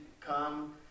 come